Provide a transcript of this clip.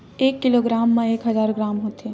एक किलोग्राम मा एक हजार ग्राम होथे